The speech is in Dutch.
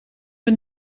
een